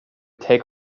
take